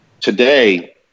today